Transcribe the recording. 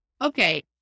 okay